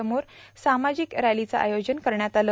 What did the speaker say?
समोर सामाजिक रॅलीचं आयोजन करण्यात आलं